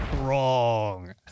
wrong